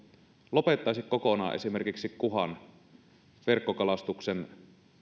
lopettaisi kokonaan esimerkiksi kuhan verkkokalastuksen